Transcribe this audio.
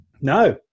No